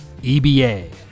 EBA